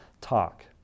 talk